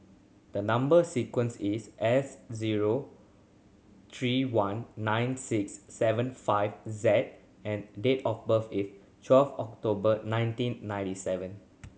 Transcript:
the number sequence is S zero three one nine six seven five Z and date of birth is twelve October nineteen ninety seven